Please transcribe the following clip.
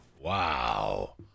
wow